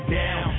down